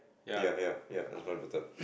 ya ya ya that's much better